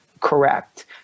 correct